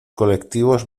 colectivos